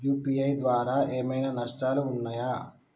UPI ద్వారా ఏమైనా నష్టాలు ఉన్నయా?